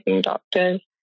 doctors